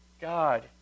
God